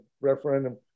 referendum –